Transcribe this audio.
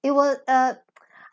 it was err